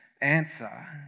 answer